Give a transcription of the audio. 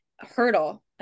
hurdle